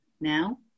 now